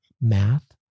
math